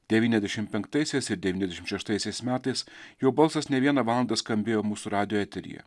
devyniasdešim penktaisiais ir devyniasdešim šeštaisiais metais jo balsas ne vieną valandą skambėjo mūsų radijo eteryje